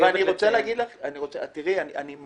ואני רוצה להגיד לך שאני מכיר